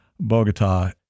Bogota